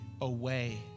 away